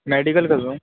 medical کر رہا ہوں